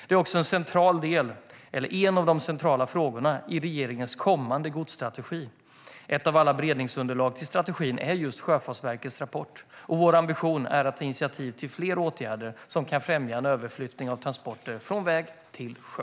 Det är också en av de centrala frågorna i regeringens kommande godsstrategi. Ett av alla beredningsunderlag till strategin är just Sjöfartsverkets rapport. Vår ambition är att ta initiativ till fler åtgärder som kan främja en överflyttning av transporter från väg till sjö.